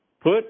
put